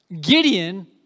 Gideon